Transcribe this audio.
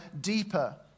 deeper